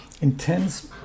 intense